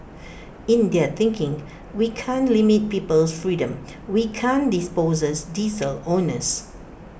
in their thinking we can't limit people's freedom we can't dispossess diesel owners